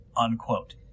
unquote